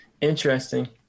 Interesting